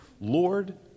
Lord